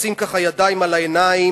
לשים ככה ידיים על העיניים,